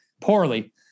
poorly